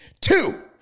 two